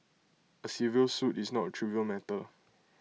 A civil suit is not A trivial matter